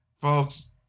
folks